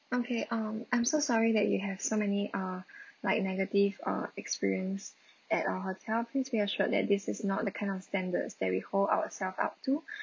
okay um I'm so sorry that you have so many uh like negative uh experience at our hotel please be assured that this is not the kind of standards that we hold ourself up to